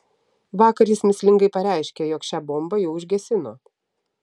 vakar jis mįslingai pareiškė jog šią bombą jau užgesino